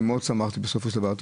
ומאוד שמחתי בסופו של דבר,